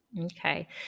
Okay